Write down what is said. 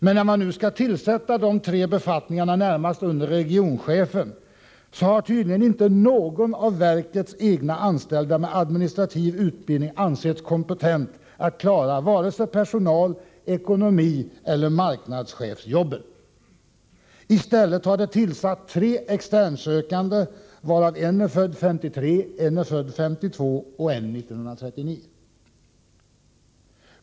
Men när man nu skall tillsätta de tre befattningarna närmast under regionchefen har tydligen inte någon av verkets egna anställda med administrativ utbildning ansetts kompetent att klara vare sig personalchefs-, ekonomichefseller marknadschefsjobbet. I stället har man tillsatt tre externsökande, varav en är född 1953, en 1952 och en 1939.